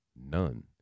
None